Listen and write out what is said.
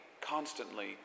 constantly